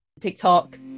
tiktok